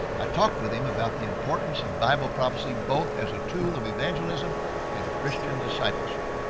i talked with him about the importance of bible prophecy both as a tool of evangelism and christian discipleship.